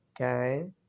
Okay